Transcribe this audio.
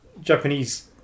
Japanese